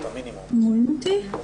אנחנו